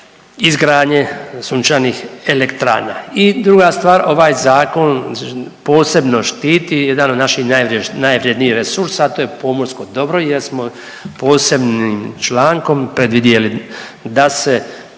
izgradnje sunčanih elektrana. I druga stvar, ovaj zakon posebno štiti jedan od naših najvrjednijih resursa, a to je pomorsko dobro jer smo posebnim člankom predvidjeli da se